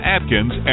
Atkins